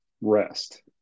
rest